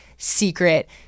Secret